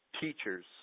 teachers